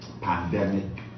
pandemic